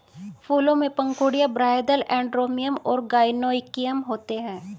फूलों में पंखुड़ियाँ, बाह्यदल, एंड्रोमियम और गाइनोइकियम होते हैं